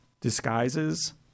disguises